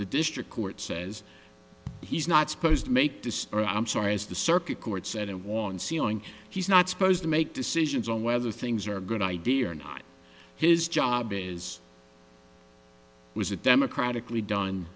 the district court says he's not supposed to make destroy i'm sorry as the circuit court said in a wall and ceiling he's not supposed to make decisions on whether things are a good idea or not his job is was a democratically done